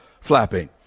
flapping